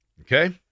Okay